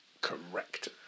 Correct